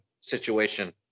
situation